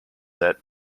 set